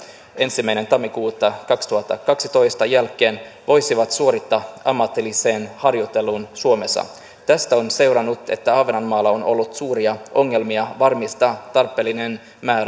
ensimmäinen tammikuuta kaksituhattakaksitoista jälkeen voisivat suorittaa ammatillisen harjoittelun suomessa tästä on seurannut että ahvenanmaalla on ollut suuria ongelmia varmistaa tarpeellinen